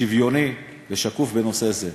שוויוני ושקוף בנושא זה,